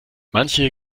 manche